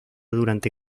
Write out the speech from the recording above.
durante